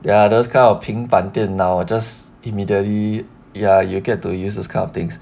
ya those kind of 平板电脑 just immediately ya you'll get to use these kind of things